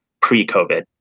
pre-COVID